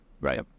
Right